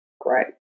great